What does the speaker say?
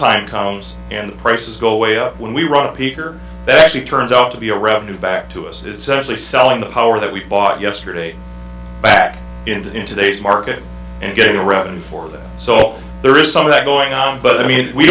time comes and prices go way up when we run a peak or actually turns out to be a revenue back to us is actually selling the power that we bought yesterday back into in today's market and getting ready for that so there is some of that going on but i mean we